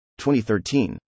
2013